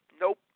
Nope